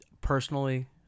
Personally